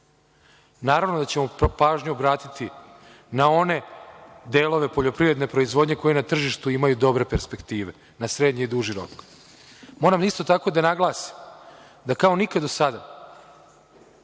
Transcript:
Naravno da ćemo pažnju obratiti na one delove poljoprivredne proizvodnje koji na tržištu imaju dobre perspektive, na srednji i duži rok. Moram isto tako da naglasim da kao nikada do sada